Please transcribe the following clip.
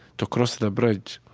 to cross the bridge.